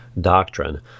doctrine